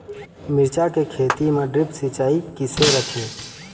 मिरचा के खेती म ड्रिप सिचाई किसे रथे?